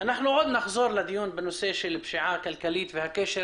נחזור לנושא של הפשיעה הכלכלית והקשר